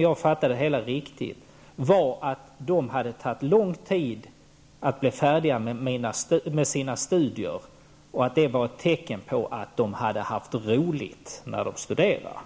jag fattade det hela riktigt, var att det hade tagit lång tid för dem att bli färdiga med sina studier och att det var ett tecken på att de hade haft roligt när de studerade.